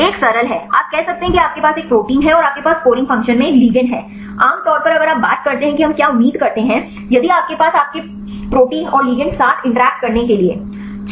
एक सरल है आप कह सकते हैं कि आपके पास एक प्रोटीन है और आपके पास स्कोरिंग फ़ंक्शन में एक लिगैंड है आम तौर पर अगर आप बात करते हैं कि हम क्या उम्मीद करते हैं यदि आपके पास आपके प्रोटीन और लिगैंड साथ इंटरैक्ट करने के लिए है